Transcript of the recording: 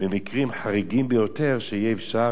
במקרים חריגים ביותר שיהיה אפשר